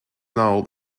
now